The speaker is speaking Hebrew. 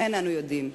אין אנו יודעים.